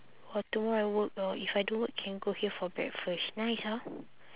but tomorrow I work ah if I don't work can go here for breakfast nice ah